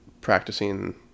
practicing